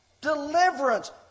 Deliverance